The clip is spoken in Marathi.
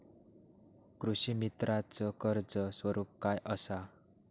कृषीमित्राच कर्ज स्वरूप काय असा?